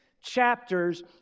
chapters